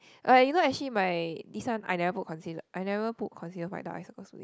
okay you know actually my this one I never put conceal I never put concealer for my dark eye circles today